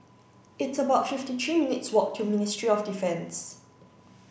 it's about fifty three minutes' walk to Ministry of Defence